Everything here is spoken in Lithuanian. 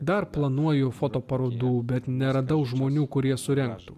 dar planuoju fotoparodų bet neradau žmonių kurie suręstų